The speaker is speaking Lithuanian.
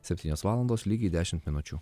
septynios valandos lygiai dešimt minučių